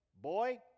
boy